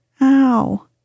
ow